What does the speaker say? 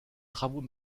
travaux